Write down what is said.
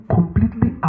completely